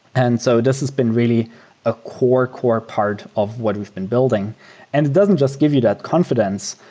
and so this has been really a core, core part of what we've been building and it doesn't just give you that confidence,